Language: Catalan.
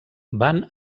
van